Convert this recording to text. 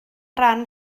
ran